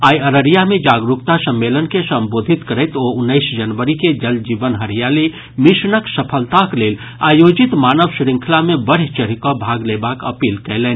आइ अररिया मे जागरूकता सम्मेलन के संबोधित करैत ओ उन्नैस जनवरी के जल जीवन हरियाली मिशनक सफलताक लेल आयोजित मानव श्रृंखला मे बढ़ि चढ़ि कऽ भाग लेबाक अपील कयलनि